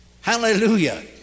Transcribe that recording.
hallelujah